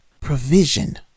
provision